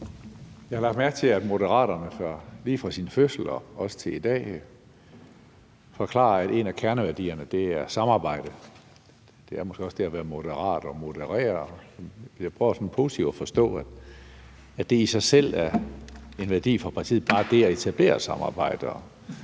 Jeg har lagt mærke til, at Moderaterne lige fra deres fødsel og til i dag forklarer, at en af kerneværdierne er samarbejde. Det er måske også det at være moderat, at man modererer. Jeg prøver sådan positivt at forstå, at det i sig selv er en værdi for partiet bare det at etablere samarbejde